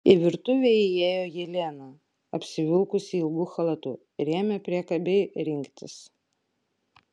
į virtuvę įėjo jelena apsivilkusi ilgu chalatu ir ėmė priekabiai rinktis